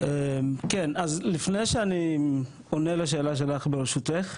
כן אז לפני שאני עונה לשאלה שלך ברשותך.